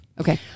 Okay